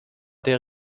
der